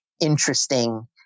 interesting